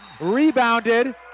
rebounded